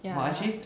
ya lah true